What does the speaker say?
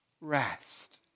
rest